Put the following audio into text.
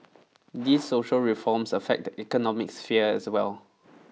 these social reforms affect the economic sphere as well